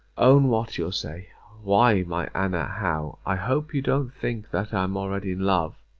own what? you'll say. why, my anna howe, i hope you don't think that i am already in love!